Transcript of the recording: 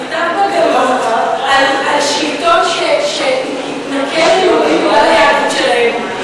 זה נכתב בגלות על שלטון שהתנכל ליהודים בגלל היהדות שלהם,